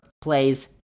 plays